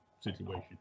situation